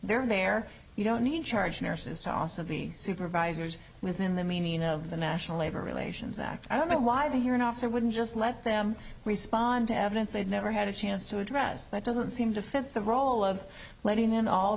are there you don't need charge nurses to also be supervisors within the meaning of the national labor relations act i don't know why the hearing officer wouldn't just let them respond to evidence they've never had a chance to address that doesn't seem to fit the role of letting in all